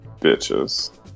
bitches